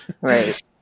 Right